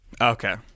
Okay